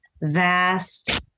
Vast